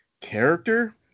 character